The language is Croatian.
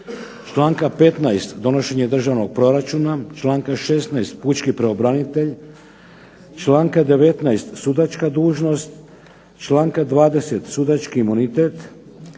članka 15. donošenje Državnog proračuna, članka 16. Pučki pravobranitelj, članka 19. sudačka dužnost, članka 20. sudački imunitet,